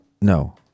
no